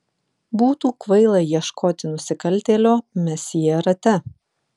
būtų kvaila ieškoti nusikaltėlio mesjė rate